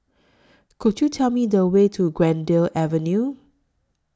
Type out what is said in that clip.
Could YOU Tell Me The Way to Greendale Avenue